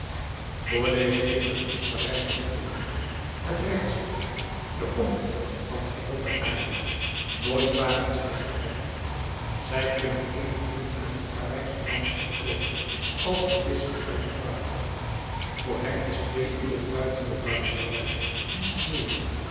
voor deze kinderen is parijs het middelpunt het rechtsgebied de omtrek van geheel de aarde nooit wagen zij zich verder zij kunnen evenmin uit den parijschen dampkring komen als de visschen uit het water voor hen is twee uren buiten de barrière niets meer